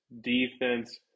defense